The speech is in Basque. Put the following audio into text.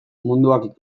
munduak